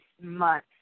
month